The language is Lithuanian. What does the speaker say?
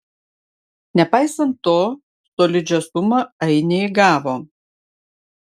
nepaisant to solidžią sumą ainiai gavo